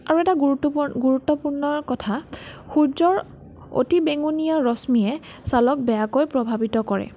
আৰু এটা গুৰুত্ব গুৰুত্বপূৰ্ণ কথা সূৰ্য্যৰ অতি বেঙুনীয়া ৰশ্মিয়ে ছালক বেয়াকৈ প্ৰভাৱিত কৰে